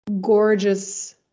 Gorgeous